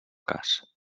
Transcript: cas